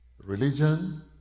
Religion